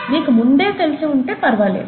మీకు ముందే తెలిసి ఉంటే పరవాలేదు